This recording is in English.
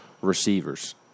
receivers